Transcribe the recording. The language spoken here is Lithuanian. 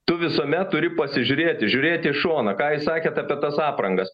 tu visuomet turi pasižiūrėti žiūrėti į šoną ką jūs sakėt apie tas aprangas